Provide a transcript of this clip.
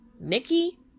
Nikki